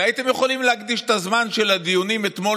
והייתם יכולים להקדיש את הזמן של הדיונים אתמול